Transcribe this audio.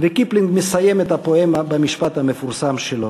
//" וקיפלינג מסיים את הפואמה במשפט המפורסם שלו: